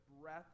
breath